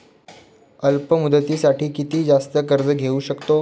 अल्प मुदतीसाठी किती जास्त कर्ज घेऊ शकतो?